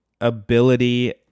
ability